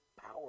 power